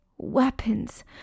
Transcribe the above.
Weapons